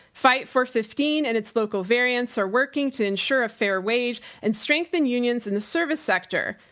fight for fifteen and its local variants are working to ensure a fair wage and strengthen unions in the service sector.